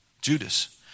judas